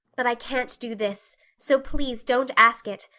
but i can't do this, so please don't ask it.